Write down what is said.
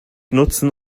nutzen